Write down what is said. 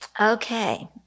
Okay